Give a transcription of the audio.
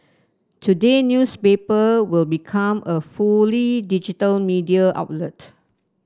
today newspaper will become a fully digital media outlet